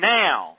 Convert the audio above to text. now